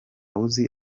wuzi